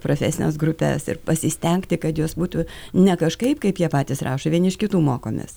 profesines grupes ir pasistengti kad jos būtų ne kažkaip kaip jie patys rašo vieni iš kitų mokomės